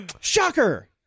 shocker